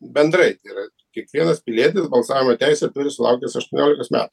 bendrai tai yra kiekvienas pilietis balsavimo teisę turi sulaukęs aštuoniolikos me